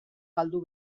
galdu